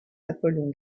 apollon